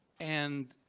and,